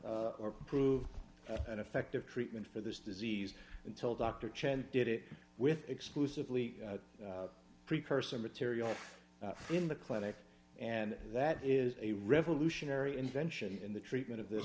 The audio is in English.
or proved an effective treatment for this disease until dr chen did it with exclusively precursor material in the clinic and that is a revolutionary invention in the treatment of this